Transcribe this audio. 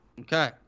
Okay